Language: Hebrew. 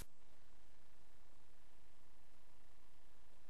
והדור שלי, של